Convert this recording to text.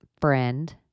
friend